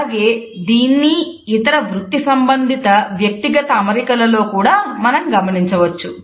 అలాగే దీన్ని ఇతర వృత్తిసంబంధిత వ్యక్తిగత అమరికలలో కూడా మనం గమనించవచ్చు